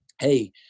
Hey